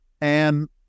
and-